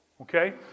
okay